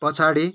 पछाडि